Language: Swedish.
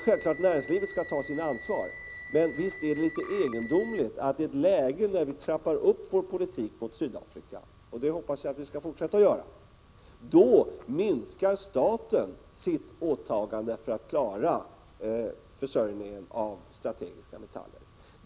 Självklart skall näringslivet ta sitt ansvar, men visst är det litet egendomligt att staten i ett läge där vi trappar upp vår politik mot Sydafrika — och det hoppas jag att vi skall fortsätta att göra — minskar sitt åtagande för att klara försörjningen av strategiska metaller.